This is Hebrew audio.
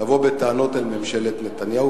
לבוא בטענות אל ממשלת נתניהו,